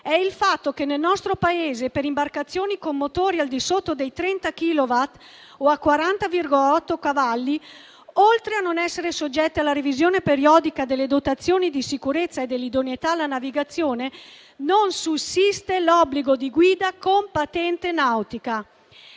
è il fatto che nel nostro Paese per le imbarcazioni con motori al di sotto dei 30 chilowatt o dei 40,8 cavalli, che oltretutto non sono soggette alla revisione periodica delle dotazioni di sicurezza e dell'idoneità alla navigazione, non sussiste l'obbligo di guida con patente nautica.